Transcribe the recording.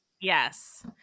yes